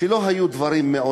לא היו מעולם